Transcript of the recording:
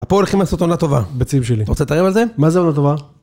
פה הולכים לעשות עונה טובה, בציב שלי. אתה רוצה להתערב על זה? מה זה עונה טובה?